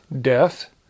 death